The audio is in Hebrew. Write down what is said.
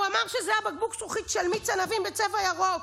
הוא אמר שזה היה בקבוק זכוכית של מיץ ענבים בצבע ירוק,